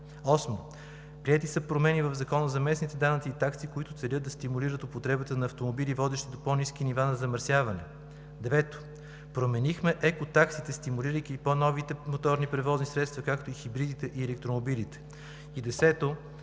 Осмо, приети са промени в Закона за местните данъци и такси, които целят да стимулират употребата на автомобили, водещи до по-ниски нива на замърсяване. Девето, променихме екотаксите, стимулирайки по-новите моторни превозни средства, както и хибридите, и електромобилите. И десето,